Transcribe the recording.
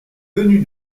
venu